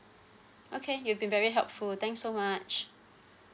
okay you've been very helpful thank you so much